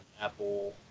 Apple